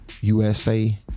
USA